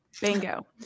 Bingo